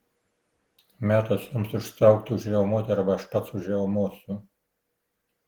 metas jums užstaugti užriaumoti arba aš pats užriaumosiu